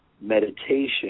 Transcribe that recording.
meditation